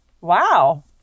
Wow